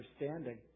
understanding